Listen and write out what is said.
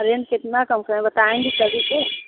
range कितना कम करे बताएँगी तभी तो